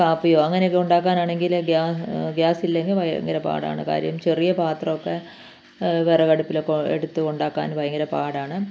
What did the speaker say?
കാപ്പിയോ അങ്ങനെയൊക്കെ ഉണ്ടാക്കാനാണെങ്കിൽ ഗ്യാ ഗ്യാസില്ലെങ്കിൽ ഭയങ്കര പാടാണ് കാര്യം ചെറിയ പാത്രമൊക്കെ വിറകടുപ്പിലൊക്കെ എടുത്തു ഉണ്ടാക്കാൻ ഭയങ്കര പാടാണ്